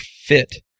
fit